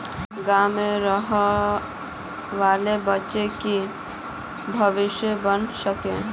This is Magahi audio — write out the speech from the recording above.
गाँव में रहे वाले बच्चा की भविष्य बन सके?